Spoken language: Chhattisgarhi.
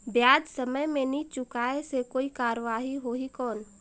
ब्याज समय मे नी चुकाय से कोई कार्रवाही होही कौन?